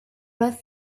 rode